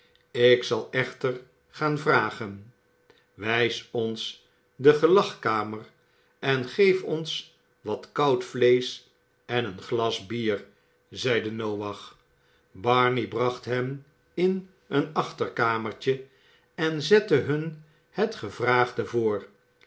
ik zal echter gaan vragen wijs ons de gelagkamer en geef ons wat koud vleesch en een glas bier zeide noach barney bracht hen in een achterkamertje en zette hun het gevraagde voor